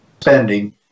spending